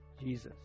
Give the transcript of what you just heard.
Jesus